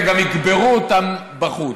וגם יקברו אותם בחוץ.